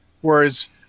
Whereas